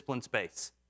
space